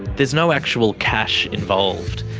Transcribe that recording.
there's no actual cash involved.